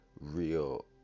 Real